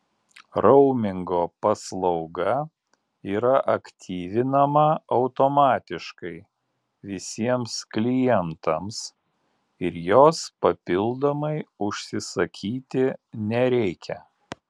raumingo paslauga yra aktyvinama automatiškai visiems klientams ir jos papildomai užsisakyti nereikia